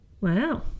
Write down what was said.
wow